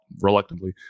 Reluctantly